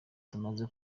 tumaze